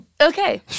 Okay